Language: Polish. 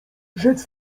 rzec